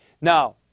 now